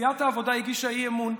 סיעת העבודה הגישה אי-אמון.